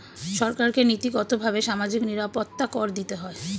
সরকারকে নীতিগতভাবে সামাজিক নিরাপত্তা কর দিতে হয়